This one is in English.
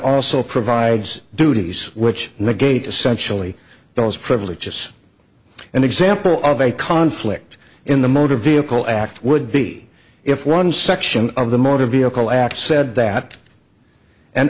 also provides duties which negate essentially those privileges and example of a conflict in the motor vehicle act would be if one section of the motor vehicle at said that an